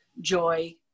joy